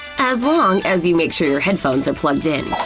as long as you make sure your headphones are plugged in.